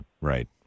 Right